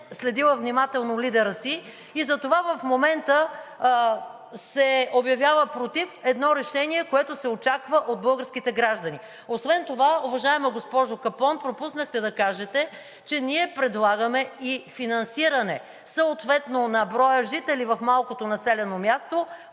следила внимателно лидера си и затова в момента се обявява против едно решение, което се очаква от българските граждани. Освен това, уважаема госпожо Капон, пропуснахте да кажете, че ние предлагаме и финансиране съответно на броя жители в малкото населено място,